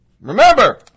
Remember